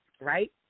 Right